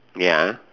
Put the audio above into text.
ya